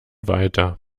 weiter